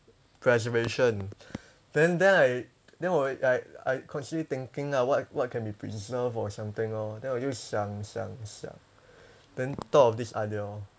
preservation then then I then 我 I I constantly thinking ah what what can be preserved or something lor then 我就想想想 then thought of this idea lor